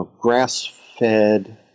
grass-fed